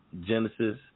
Genesis